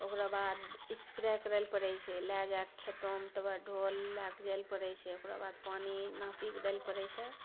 ओकराबाद इसप्रे करैलए पड़ै छै लऽ जाके खेतोमे तब डोल लऽके जाइलए पढ़ै छै ओकराबाद पानी नापिके दैलए पड़ै